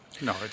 No